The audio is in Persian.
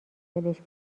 ولش